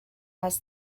has